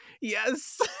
Yes